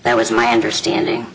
that was my understanding